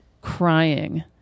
crying